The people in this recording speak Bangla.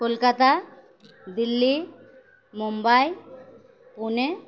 কলকাতা দিল্লি মুম্বাই পুনে